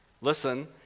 Listen